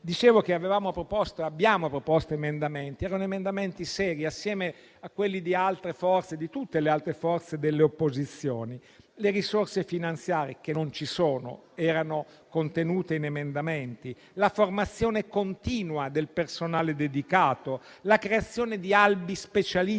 Infine, abbiamo proposto emendamenti che erano seri, assieme a quelli di tutte le altre forze delle opposizioni. Le risorse finanziarie, che non ci sono, erano contenute in emendamenti, che prevedevano anche la formazione continua del personale dedicato, la creazione di albi specialistici,